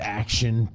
action